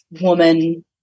woman